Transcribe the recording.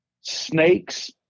snakes